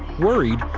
worried,